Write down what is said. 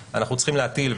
מה שקורה בעולם העסקי,